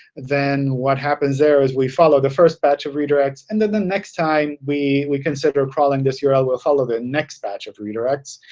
then what happens there is we follow the first batch of redirects. and then the next time we we consider crawling this url. we'll follow the next batch of redirects,